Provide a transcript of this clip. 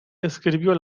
escribió